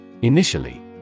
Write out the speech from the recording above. Initially